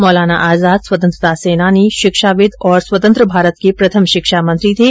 मौलाना आजाद स्वतंत्रता सेनानी शिक्षाविद और स्वतंत्र भारत के प्रथम शिक्षा मंत्री थे